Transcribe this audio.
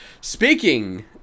Speaking